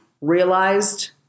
realized